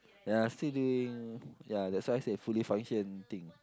ya still doing ya that's why I say fully function thing